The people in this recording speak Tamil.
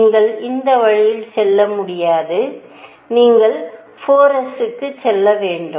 நீங்கள் இந்த வழியில் செல்ல முடியாது நீங்கள் 4 s க்கு செல்ல வேண்டும்